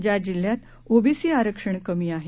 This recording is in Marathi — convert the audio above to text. ज्या जिल्ह्यात ओबीसी आरक्षण कमी आहे